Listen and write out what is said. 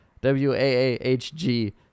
W-A-A-H-G